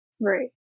Right